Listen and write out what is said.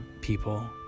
people